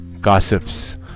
gossips